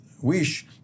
wish